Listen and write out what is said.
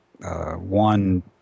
one